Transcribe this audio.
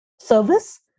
service